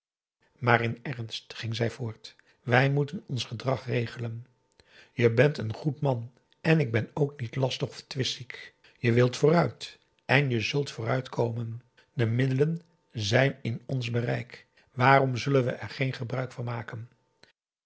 in ernst ging zij voort wij moeten ons gedrag regelen je bent n goed man en ik ben ook niet lastig of twistziek je wilt vooruit en je zult vooruit komen de middelen zijn in ons bereik waarom zullen we er geen gebruik van maken